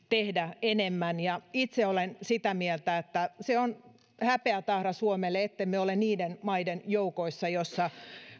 tehdä enemmän itse olen sitä mieltä että se on häpeätahra suomelle ettemme ole niiden maiden joukossa jossa